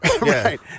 Right